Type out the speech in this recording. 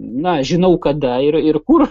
na žinau kada ir ir kur